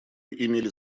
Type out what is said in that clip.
имели